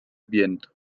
viento